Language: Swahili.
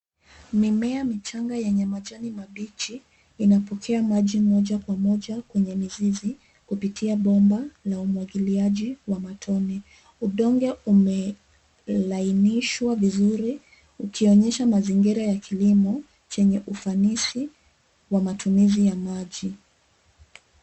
Mimea michanga yenye majani mabichi ,inapokea maji moja kwa moja ,kwenye mizizi kupitia bomba la umwagiliaji wa matone. udongo umelainishwa vizuri, ukionyesha mazingira ya kilimo ,chenye ufanisi wa matumizi ya maji.